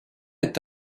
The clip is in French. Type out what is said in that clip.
est